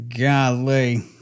Golly